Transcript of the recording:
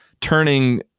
turning